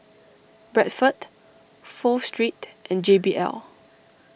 Bradford Pho Street and J B L